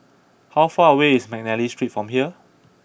how far away is McNally Street from here